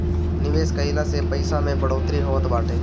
निवेश कइला से पईसा में बढ़ोतरी होत बाटे